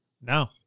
No